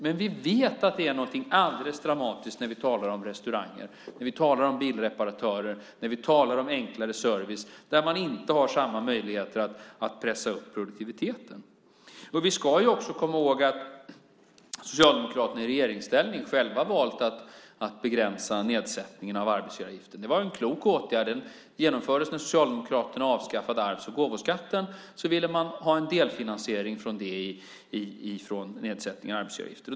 Men vi vet att det är något mycket dramatiskt för restauranger, bilreparatörer och enklare service, där man inte har samma möjlighet att pressa upp produktiviteten. Vi ska också komma ihåg att Socialdemokraterna i regeringsställning själva valt att begränsa nedsättningen av arbetsgivaravgifter. Det var en klok åtgärd som genomfördes när Socialdemokraterna avskaffade arvs och gåvoskatten. Då ville man ha en delfinansiering genom nedsättning av arbetsgivaravgiften.